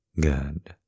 good